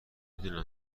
دونم